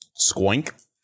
Squink